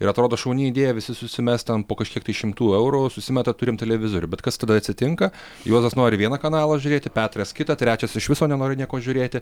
ir atrodo šauni idėja visi susimes ten po kažkiek tai šimtų eurų susimeta turim televizorių bet kas tada atsitinka juozas nori vieną kanalą žiūrėti petras kitą trečias iš viso nenori nieko žiūrėti